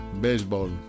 baseball